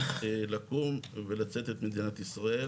לקום ולצאת את מדינת ישראל,